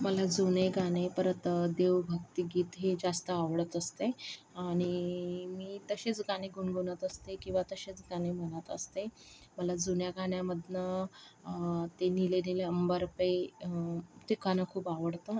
मला जुने गाणे परत देवभक्ती गीत हे जास्त आवडत असते आणि मी तशीच गाणी गुणगुणत असते किंवा तशीच गाणी म्हणत असते मला जुन्या गाण्यामधनं ते नीले नीले अंबर पे ते गाणं खूप आवडतं